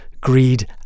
greed